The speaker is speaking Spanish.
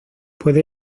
puede